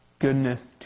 goodness